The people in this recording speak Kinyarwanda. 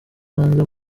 hanze